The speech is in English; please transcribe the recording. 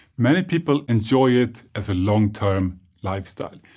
many people enjoy it as a long term lifestyle.